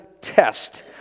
test